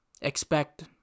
Expect